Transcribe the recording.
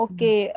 Okay